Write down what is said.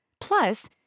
Plus